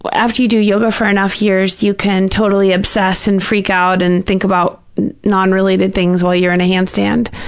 but after you do yoga for enough years you can totally obsess and freak out and think about non-related things while you're in a handstand.